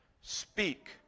Speak